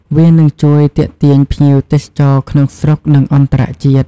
វានឹងជួយទាក់ទាញភ្ញៀវទេសចរក្នុងស្រុកនិងអន្តរជាតិ។